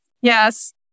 Yes